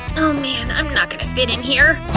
oh man, i'm not gonna fit in here!